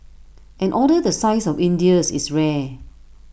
an order the size of India's is rare